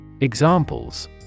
Examples